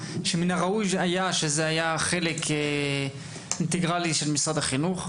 שמן הראוי היה שזה היה חלק אינטגרלי של משרד החינוך,